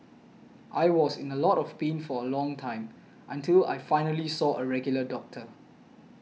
I was in a lot of pain for a long time until I finally saw a regular doctor